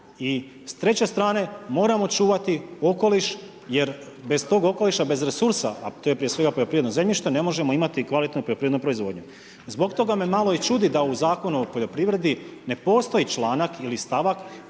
I s treće strane moramo čuvati okoliš jer bez tog okoliša, bez resursa, a to je prije svega poljoprivredno zemljište ne možemo imati kvalitetnu poljoprivrednu proizvodnju. Zbog toga me malo i čudi da u zakonu o poljoprivredi ne postoji članak ili stavak